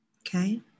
Okay